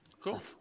Cool